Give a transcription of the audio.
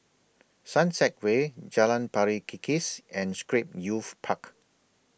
Sunset Way Jalan Pari Kikis and Scrape Youth Park